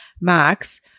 max